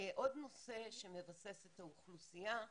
עוד נושא שמבסס את האוכלוסייה,